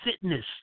fitness